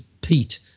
Pete